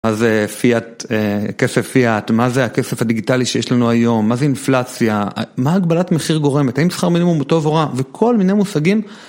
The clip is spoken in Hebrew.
מה זה פיאט, כסף פיאט, מה זה הכסף הדיגיטלי שיש לנו היום, מה זה אינפלציה, מה הגבלת מחיר גורמת, האם שכר מינימום הוא טוב או רע וכל מיני מושגים.